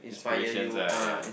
inspirations ah ya